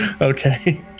Okay